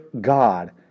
God